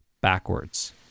backwards